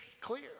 clear